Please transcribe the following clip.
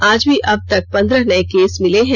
आज भी अब तक पंद्रह नये केस मिले हैं